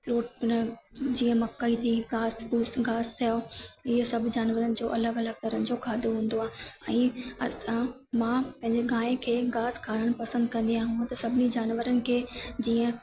रो हेन जीअं मकई थी घासि फूसि घासि थिया ईअं सभु जानवरनि जो अलॻि अलॻि तरह जो खाधो हूंदो आहे ऐं असां मां पहिरीं गांइ खे घासि खाराइणु पसंदि कंदी आहियां हूंअ त सभिनी जानवरनि खे जीअं